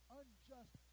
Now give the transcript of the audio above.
unjust